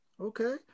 Okay